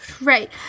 Right